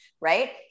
Right